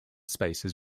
spaces